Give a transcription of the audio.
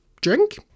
drink